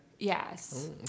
Yes